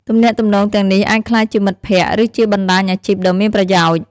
ទំនាក់ទំនងទាំងនេះអាចក្លាយជាមិត្តភក្តិ ឬជាបណ្ដាញអាជីពដ៏មានប្រយោជន៍។